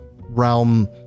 realm